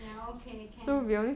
ya okay can